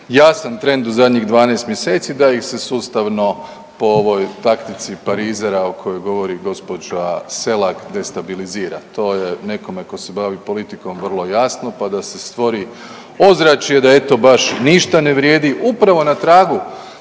jasan trend u zadnjih 12 mjeseci da ih se sustavno po ovoj taktici parizera o kojoj govori gospođa Selak destabilizira, to je nekome ko se bavi politikom vrlo jasno pa da se stvori ozračje da eto baš ništa ne vrijedi, upravo na tragu